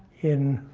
in